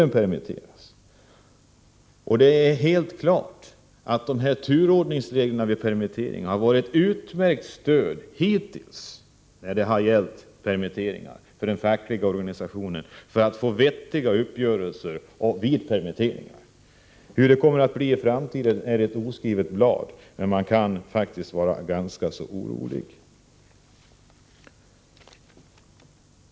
Det står fullständigt klart att turordningsreglerna hittills har varit ett utmärkt stöd för den fackliga organisationen i dess kamp för vettiga uppgörelser vid permitteringar. Hur det kommer att bli i framtiden är ett oskrivet blad, men man har anledning att vara ganska orolig.